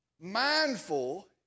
mindful